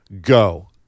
go